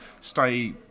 stay